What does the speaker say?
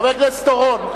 חבר הכנסת אורון,